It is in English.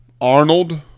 Arnold